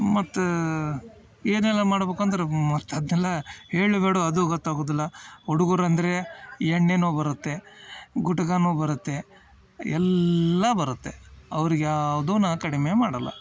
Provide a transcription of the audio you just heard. ಮತ್ತು ಏನೆಲ್ಲ ಮಾಡ್ಬೇಕಂದರು ಮತ್ತು ಅದ್ನೆಲ್ಲ ಹೇಳ್ಲಾ ಬ್ಯಾಡ್ವೊ ಅದು ಗೊತ್ತಾಗುದಿಲ್ಲ ಹುಡುಗರು ಅಂದರೆ ಎಣ್ಣೆನು ಬರುತ್ತೆ ಗುಟ್ಕಾನು ಬರುತ್ತೆ ಎಲ್ಲಾ ಬರುತ್ತೆ ಅವ್ರಿಗೆ ಯಾವುದು ನಾ ಕಡಿಮೆ ಮಾಡಲ್ಲ